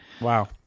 Wow